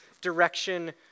direction